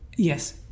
Yes